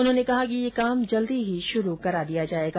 उन्होंने कहा कि यह काम जल्द ही शुरू कराया जाएगा